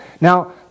Now